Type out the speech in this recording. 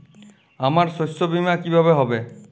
আমার শস্য বীমা কিভাবে হবে?